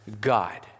God